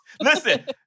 Listen